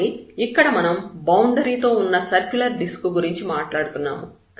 కాబట్టి ఇక్కడ మనం బౌండరీ తో ఉన్న సర్క్యులర్ డిస్క్ గురించి మాట్లాడుతున్నాము